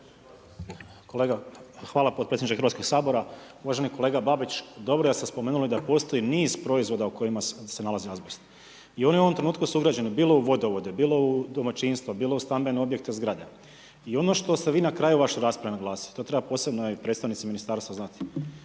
Hvala potpredsjedniče Hrvatskoga sabora. Uvaženi kolega Babić dobro da ste spomenuli da postoji niz proizvoda u kojima se nalazi azbest. I on je u ovom trenutku suugrađen bilo u vodovodu, bilo u domaćinstvu, bilo u stambenim objektima, zgradama. I ono što ste vi na kraju vaše rasprave naglasiti, to trebaju posebno predstavnici Ministarstva znati,